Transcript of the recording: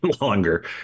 longer